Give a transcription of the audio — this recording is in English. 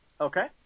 Okay